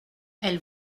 elle